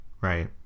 right